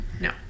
No